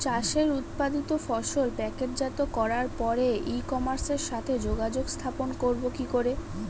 চাষের উৎপাদিত ফসল প্যাকেটজাত করার পরে ই কমার্সের সাথে যোগাযোগ স্থাপন করব কি করে?